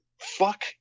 fuck